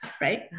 right